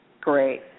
great